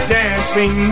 dancing